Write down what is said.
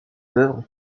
d’œuvre